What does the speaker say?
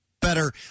better